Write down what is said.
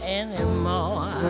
anymore